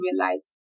realize